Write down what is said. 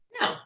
No